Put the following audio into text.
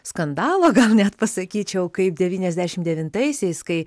skandalo gal net pasakyčiau kaip devyniasdešim devintaisiais kai